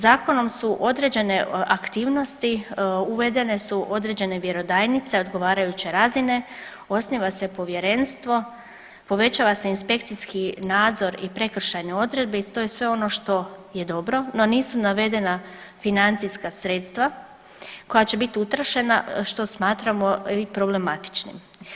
Zakonom su određene aktivnosti, uvedene su određene vjerodajnice odgovarajuće razine, osniva se povjerenstvo, povećava se inspekcijski nadzor i prekršajne odredbe i to je sve ono što je dobro, no nisu navedena financijska sredstva koja će biti utrošena što smatramo i problematičnim.